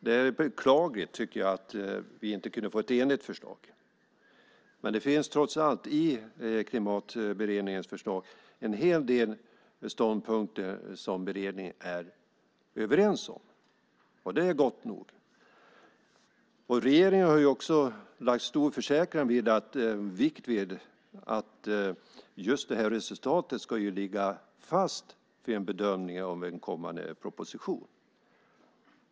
Det är beklagligt att vi inte kunde få ett enigt förslag, men det finns i Klimatberedningens förslag ändå en hel del ståndpunkter som beredningen är överens om. Det är gott nog. Regeringen har också lagt stor vikt vid att resultatet ska ligga fast vid bedömningen av en kommande proposition.